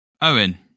Owen